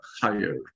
higher